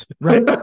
right